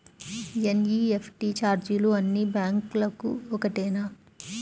NEFT ఛార్జీలు అన్నీ బ్యాంక్లకూ ఒకటేనా?